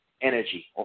energy